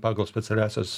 pagal specialiąsias